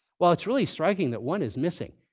well, it's really striking that one is missing.